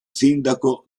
sindaco